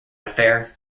affair